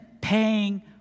paying